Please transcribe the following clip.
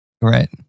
Right